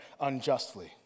unjustly